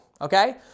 Okay